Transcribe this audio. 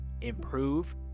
improve